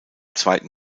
zweiten